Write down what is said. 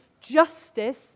Justice